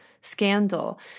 scandal